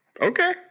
Okay